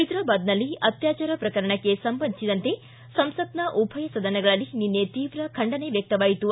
ಹೈದರಾಬಾದ್ನಲ್ಲಿ ಅತ್ಲಾಚಾರ ಪ್ರಕರಣಕ್ಕೆ ಸಂಬಂಧಿಸಿದಂತೆ ಸಂಸತ್ನ ಉಭಯ ಸದನಗಳಲ್ಲಿ ನಿನ್ನೆ ತೀವ್ರ ಖಂಡನೆ ವ್ಲಕ್ತವಾಯಿತು